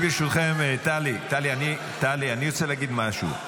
ברשותכם, אני רוצה להגיד משהו.